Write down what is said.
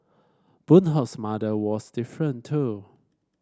Boon Hock's mother was different too